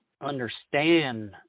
understand